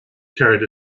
carried